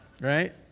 Right